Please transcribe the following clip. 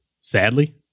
Sadly